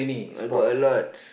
I got a lot